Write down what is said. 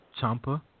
Champa